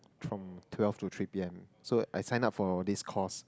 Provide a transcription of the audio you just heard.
from twelve to three P_M so I signed up for this course